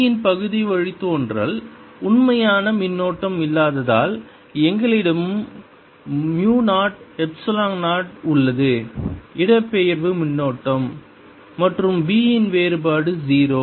B இன் பகுதி வழித்தோன்றல் உண்மையான மின்னோட்டம் இல்லாததால் எங்களிடம் மு 0 எப்சிலான் 0 உள்ளது இடப்பெயர்வு மின்னோட்டம் மற்றும் B இன் வேறுபாடு 0